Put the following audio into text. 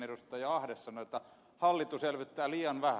ahde sanoi että hallitus elvyttää liian vähän